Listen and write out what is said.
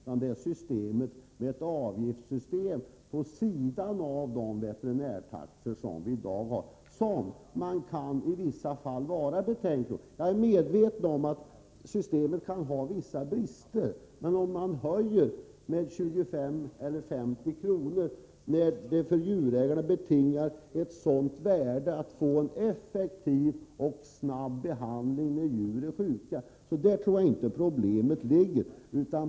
Det är systemet med avgifter vid sidan av de veterinärtaxor vi i dag har som man i vissa fall kan ha betänksamheter mot. Jag är medveten om att systemet kan ha vissa brister, men jag tror inte att en höjning av avgiften med 25 eller 50 kr. => när det för djurägarna är av ett stort värde att djuren får effektiv och snabb behandling när de är sjuka — är problemet.